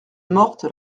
morte